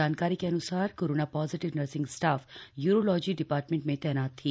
जानकारी के अन्सार corona positive nursing staff urology department में तैनात थी